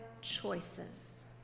choices